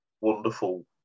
wonderful